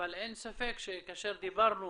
אבל אין ספק שכאשר דיברנו